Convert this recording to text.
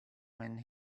when